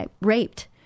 raped